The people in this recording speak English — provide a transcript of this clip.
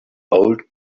old